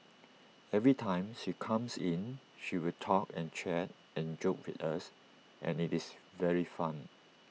every time she comes in she will talk and chat and joke with us and IT is very fun